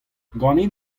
ganit